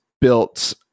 built